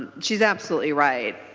she is absolutely right.